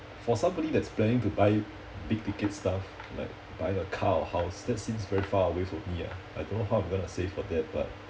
for somebody that's planning to buy big ticket stuff like buy a car or house that seems very far away from me ah I don't know how you going to save for that but